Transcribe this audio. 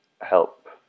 help